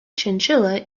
chinchilla